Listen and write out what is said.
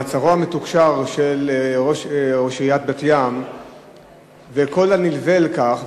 מעצרו המתוקשר של ראש עיריית בת-ים וכל הנלווה לכך,